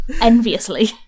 enviously